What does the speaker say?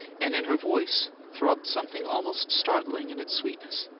and in her voice throbbed something almost startling in its sweetness.